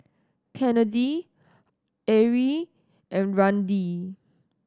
Kennedi Arie and Randi